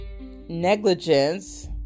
negligence